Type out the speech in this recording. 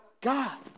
God